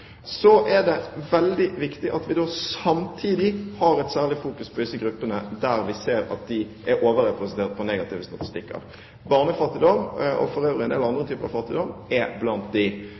Så er det veldig viktig at vi samtidig har et særlig fokus på gruppene som vi ser er overrepresentert på negative statistikker. Barnefattigdom, og for øvrig en del andre typer fattigdom, er blant